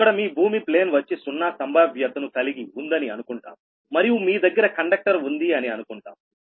ఇక్కడ మీ భూమి ప్లేన్ వచ్చి సున్నాసంభావ్యతను కలిగి ఉందని అనుకుంటాము మరియు మీ దగ్గర కండక్టర్ వుంది అని అనుకుంటాము